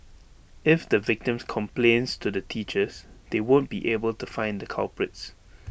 if the victim complains to teachers they won't be able to find the culprits